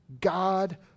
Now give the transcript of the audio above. God